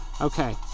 Okay